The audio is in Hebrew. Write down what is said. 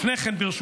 מה אני אומרת.